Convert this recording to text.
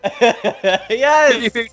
Yes